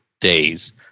days